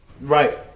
Right